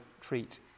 treat